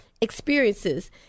experiences